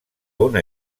una